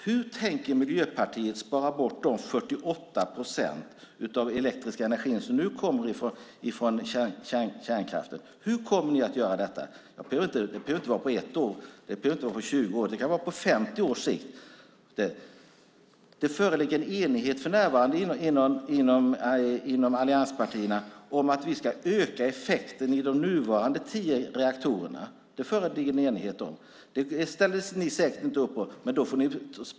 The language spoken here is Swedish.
Hur tänker Miljöpartiet spara bort de 48 procent av den elektriska energin som nu kommer från kärnkraften? Hur kommer ni att göra detta? Det behöver inte vara på ett år eller på 20 år. Det kan vara på 50 års sikt. Det föreligger för närvarande en enighet inom allianspartierna om att vi ska öka effekten i de nuvarande tio reaktorerna. Det finns en enighet om det. Det ställer ni säkert inte upp på.